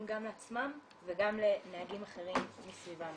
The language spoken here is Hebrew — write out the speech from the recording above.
גם לעצמם וגם לנהגים אחרים מסביבם.